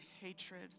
hatred